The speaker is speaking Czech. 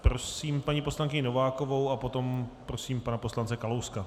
Prosím paní poslankyni Novákovou a potom prosím pana poslance Kalouska.